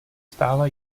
stála